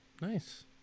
nice